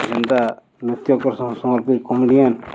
ଯେନ୍ତା ନୃତ୍ୟ କର୍ସନ୍ ସମ୍ବଲପୁରୀ କମେଡ଼ିଆନ୍